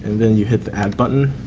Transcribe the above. and then you hit the add button.